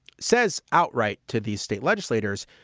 says outright to these state legislators.